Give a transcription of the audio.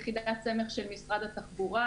היא יחידת סמך של משרד התחבורה,